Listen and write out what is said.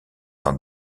dans